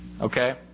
Okay